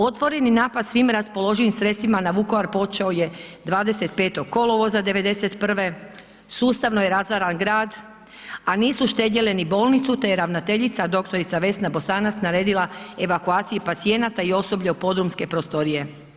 Otvoreni napad svim raspoloživim sredstvima na Vukovar počeo je 25. kolovoza '91., sustavno je razaran grad, a nisu štedjele ni bolnicu te je ravnateljica dr. Vesna Bosanac naredila evakuaciju pacijenata i osoblja u podrumske prostorije.